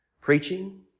Preaching